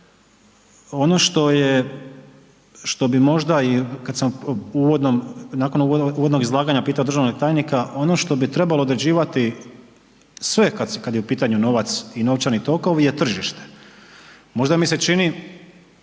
u uvodnom, nakon uvodnog izlaganja pitao državnog tajnika, ono što bi trebalo određivati sve kad je u pitanju novac i novčani tokovi je tržište. Možda mi se čini